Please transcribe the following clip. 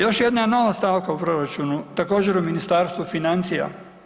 Još jedna nova stavka u proračunu, također o Ministarstvu financija.